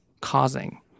causing